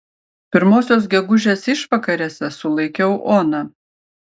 pirmosios gegužės išvakarėse sulaikiau oną